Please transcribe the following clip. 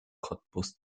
cottbus